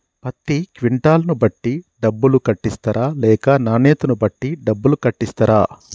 పత్తి క్వింటాల్ ను బట్టి డబ్బులు కట్టిస్తరా లేక నాణ్యతను బట్టి డబ్బులు కట్టిస్తారా?